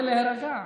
כדי להירגע.